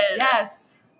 Yes